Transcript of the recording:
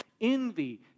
envy